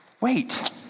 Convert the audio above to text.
wait